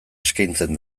eskaintzen